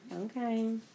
Okay